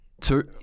Two